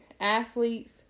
athletes